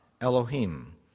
Elohim